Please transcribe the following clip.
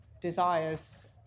desires